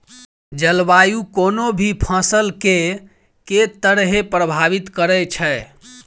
जलवायु कोनो भी फसल केँ के तरहे प्रभावित करै छै?